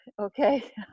okay